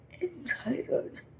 entitled